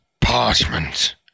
parchment